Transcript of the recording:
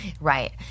Right